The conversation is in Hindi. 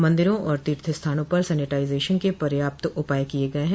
मंदिरों और तीर्थ स्थानों पर सेनिटाइजेशन के पर्याप्त उपाय किए गए है